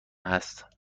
هست